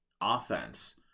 offense